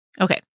Okay